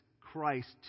Christ